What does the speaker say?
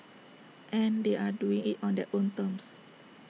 and they are doing IT on their own terms